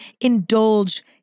indulge